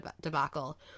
debacle